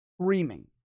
screaming